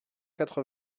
quatre